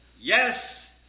Yes